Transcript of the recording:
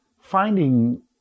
finding